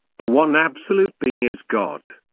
the one absolute being is god.